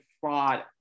fraud